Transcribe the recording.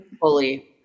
fully